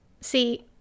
See